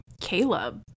caleb